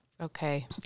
Okay